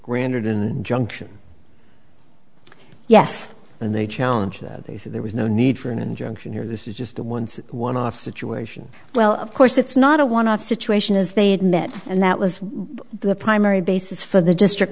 granted in junction yes and they challenge that there was no need for an injunction here this is just the once one off situation well of course it's not a one off situation as they admit and that was the primary basis for the district